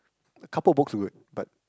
the couple of book was good but